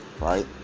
right